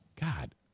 God